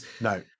No